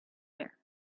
air